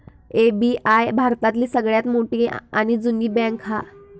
SBI भारतातली सगळ्यात मोठी आणि जुनी बॅन्क हा